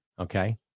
Okay